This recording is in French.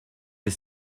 les